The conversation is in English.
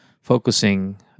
focusing